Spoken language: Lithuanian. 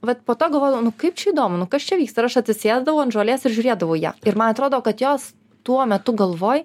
vat po to galvojau kaip čia įdomu nu kas čia vyksta ir aš atsisėsdavau ant žolės ir žiūrėdavau į ją ir man atrodo kad jos tuo metu galvoj